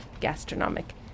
gastronomic